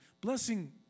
blessing